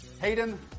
Hayden